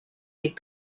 des